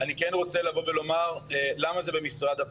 אני כן רוצה לבוא ולומר למה זה במשרד הפנים.